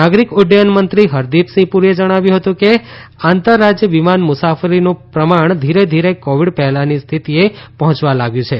નાગરીક ઉદૃયન મંત્રી હરદીપસિંહ પુરીએ જણાવ્યું હતું કે આંતર રાજય વિમાન મુસાફરીનું પ્રમાણ ધીરે ધીરે કોવીડ પહેલાની સ્થિતિએ પહોચવા લાગ્યું છે